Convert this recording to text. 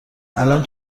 الان